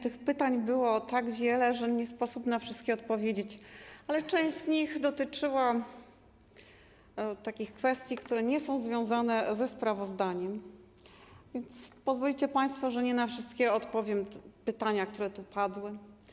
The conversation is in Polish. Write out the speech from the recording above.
Tych pytań było tak wiele, że nie sposób na wszystkie odpowiedzieć, ale część z nich dotyczyła kwestii, które nie są związane ze sprawozdaniem, więc pozwolicie państwo, że nie odpowiem na wszystkie pytania, które tu padły.